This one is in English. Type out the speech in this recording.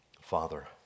Father